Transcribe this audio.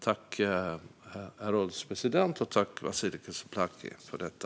Jag tackar Vasiliki Tsouplaki för detta.